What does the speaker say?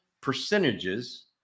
percentages